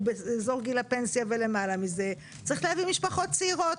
לאזור גיל הפנסיה ולמעלה מזה צריך להביא משפחות צעירות,